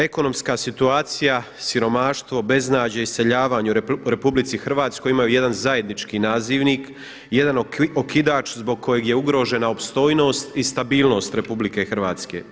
Ekonomska situacija, siromaštvo, beznađe, iseljavanje u Republici Hrvatskoj imaju jedan zajednički nazivnik, jedan okidač zbog kojeg je ugrožena opstojnost i stabilnost Republike Hrvatske.